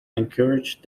encourage